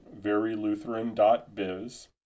verylutheran.biz